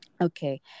Okay